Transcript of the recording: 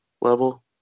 level